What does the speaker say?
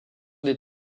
des